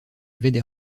avaient